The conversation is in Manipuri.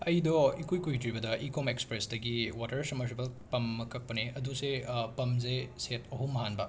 ꯑꯩꯗꯣ ꯏꯀꯨꯏ ꯀꯨꯏꯗ꯭ꯔꯤꯕꯗ ꯏ ꯀꯣꯝ ꯑꯦꯛꯁꯄ꯭ꯔꯦꯁꯇꯒꯤ ꯋꯥꯇꯔ ꯁꯕꯃꯔꯁꯤꯕꯜ ꯄꯝ ꯑꯃ ꯀꯛꯄꯅꯦ ꯑꯗꯨ ꯁꯦ ꯄꯝꯖꯦ ꯁꯦꯠ ꯑꯍꯨꯝ ꯍꯥꯟꯕ